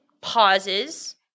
pauses